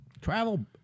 Travel